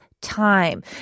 time